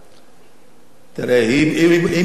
תראה, היא מושלת מ-1977.